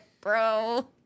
bro